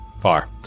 Far